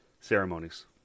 ceremonies